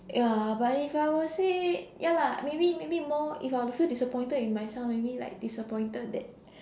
uh but if I will say ya lah maybe maybe more if I were to feel disappointed in myself maybe like disappointed that